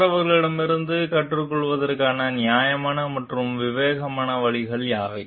மற்றவர்களிடமிருந்து கற்றுக்கொள்வதற்கான நியாயமான மற்றும் விவேகமான வழிமுறைகள் யாவை